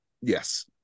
Yes